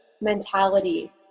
mentality